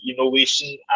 innovation